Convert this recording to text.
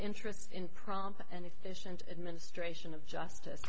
interests in prompt and efficient administration of justice